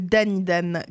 Danidan